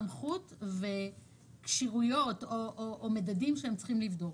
סמכות וכשירויות או מדדים שהם צריכים לבדוק.